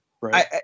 Right